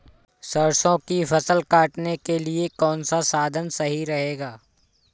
सरसो की फसल काटने के लिए कौन सा साधन सही रहेगा?